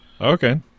Okay